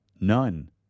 none